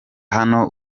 hano